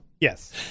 Yes